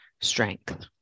strength